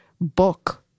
book